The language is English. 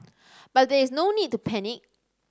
but there is no need to panic